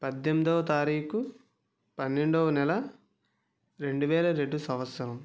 పద్దెనిమిదో తారీఖు పన్నెండవ నెల రెండు వేల రెండు సంవత్సరం